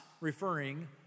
referring